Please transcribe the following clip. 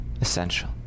essential